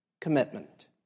commitment